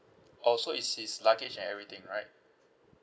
oh so it's his luggage and everything right